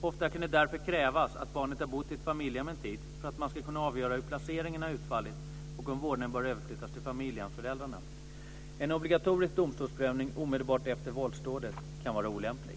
Ofta kan det därför krävas att barnet har bott i ett familjehem en tid för att man ska kunna avgöra hur placeringen har utfallit och om vårdnaden bör överflyttas till familjehemsföräldrarna. En obligatorisk domstolsprövning omedelbart efter våldsdådet kan vara olämplig.